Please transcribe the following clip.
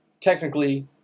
technically